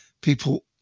people